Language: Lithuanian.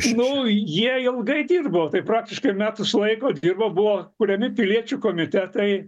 žinau jie ilgai dirbo tai praktiškai metus laiko dirbo buvo kuriami piliečių komitetai